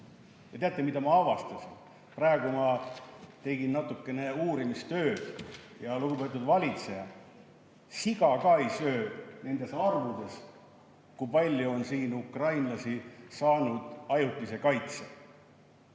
Ja teate, mida ma avastasin? Praegu ma tegin natuke uurimistööd ja, lugupeetud valitseja, siga ka ei söö neid arve, kui palju on siin ukrainlasi saanud ajutise kaitse.